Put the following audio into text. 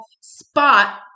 spot